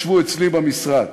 התקציבים ישבו אצלי במשרד.